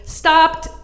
stopped